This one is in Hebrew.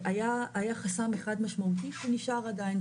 היה חסם אחד משמעותי שנשאר עדיין,